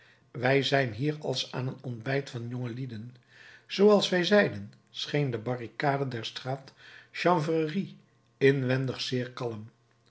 wij zijn hier als aan een ontbijt van jongelieden zooals wij zeiden scheen de barricade der straat chanvrerie inwendig zeer kalm